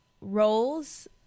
roles